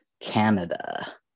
Canada